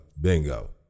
bingo